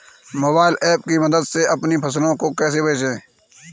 Mobile app की मदद से अपनी फसलों को कैसे बेचें?